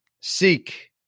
Seek